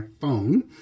phone